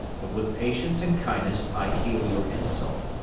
but with patience and kindness i heal your insult.